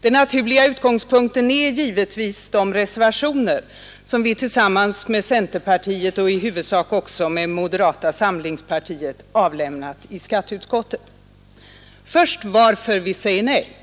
Den naturliga utgångspunkten är givetvis de reservationer som vi tillsammans med centerpartiet och i huvudsak också moderata samlingspartiet avlämnat i skatteutskottet. Först varför vi säger nej.